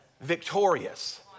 victorious